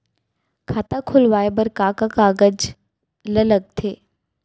खाता खोलवाये बर का का कागज ल लगथे?